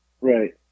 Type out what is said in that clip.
Right